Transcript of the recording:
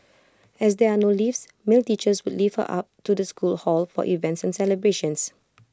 as there are no lifts male teachers would lift her up to the school hall for events and celebrations